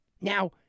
Now